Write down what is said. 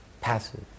passive